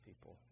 people